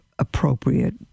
appropriate